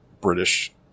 British